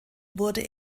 wurde